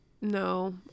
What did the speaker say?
No